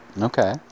okay